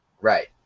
Right